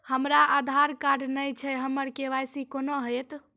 हमरा आधार कार्ड नई छै हमर के.वाई.सी कोना हैत?